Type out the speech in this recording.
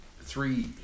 three